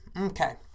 okay